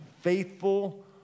faithful